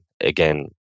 again